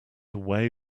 away